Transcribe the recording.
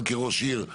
גם כראש עיר,